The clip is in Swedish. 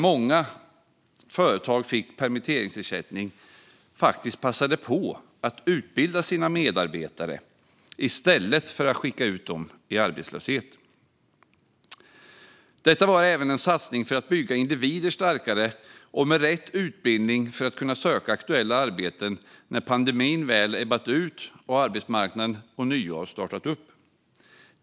Många företag som fick permitteringsersättning passade på att utbilda sina medarbetare i stället för att skicka ut dem i arbetslöshet. Det var även en satsning för att bygga individer starkare och med rätt utbildning för att kunna söka aktuella arbeten när pandemin väl ebbat ut och arbetsmarknaden ånyo startat upp.